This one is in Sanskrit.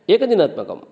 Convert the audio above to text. एकदिनात्मकं